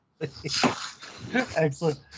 Excellent